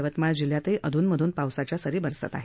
यवतमाळ जिल्ह्यातही अधूनमधून पावसाच्या सरी बरसत आहेत